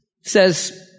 says